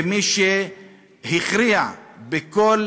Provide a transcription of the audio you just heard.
ומי שהכריע בכל